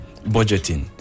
budgeting